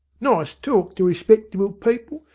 nice talk to respectable people,